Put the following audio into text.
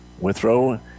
Withrow